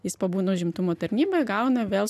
jis pabūna užimtumo tarnyboj gauna vėl